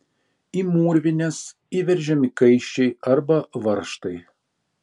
į mūrvines įveržiami kaiščiai arba varžtai